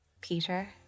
Peter